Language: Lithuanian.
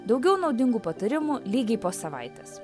daugiau naudingų patarimų lygiai po savaitės